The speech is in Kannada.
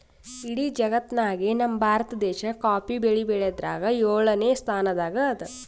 ಇಡೀ ಜಗತ್ತ್ನಾಗೆ ನಮ್ ಭಾರತ ದೇಶ್ ಕಾಫಿ ಬೆಳಿ ಬೆಳ್ಯಾದ್ರಾಗ್ ಯೋಳನೆ ಸ್ತಾನದಾಗ್ ಅದಾ